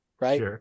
right